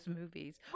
movies